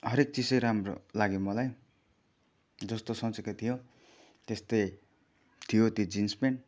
हरेक चिजै राम्रो लाग्यो मलाई जस्तो सोचेको थियो त्यस्तै थियो त्यो जिन्स प्यान्ट